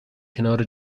کنار